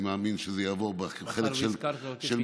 אני מאמין שזה יעבור בחלק של משרד